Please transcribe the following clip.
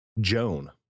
Joan